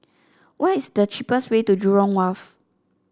what is the cheapest way to Jurong Wharf